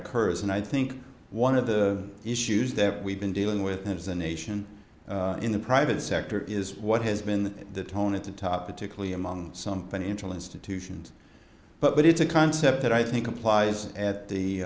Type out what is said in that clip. occurs and i think one of the issues that we've been dealing with as a nation in the private sector is what has been the tone at the top particularly among some financial institutions but it's a concept that i think applies at the